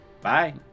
Bye